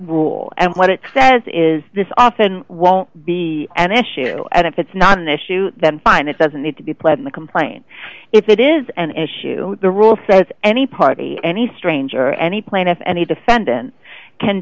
role and what it says is this often won't be an issue and if it's not an issue then fine it doesn't need to be pled in the complaint it is an issue the rule that any party any strange or any plaintiff any defendant can